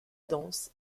danse